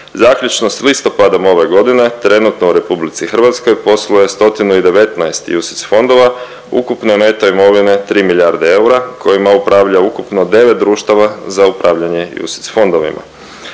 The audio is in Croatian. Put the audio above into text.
zaključno s listopadom ove godine trenutno u RH posluje 119 UCITS fondova ukupne neto imovine 3 milijarde eura kojima upravlja ukupno 9 društava za upravljanje UCITS fondovima.